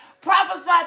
Prophesy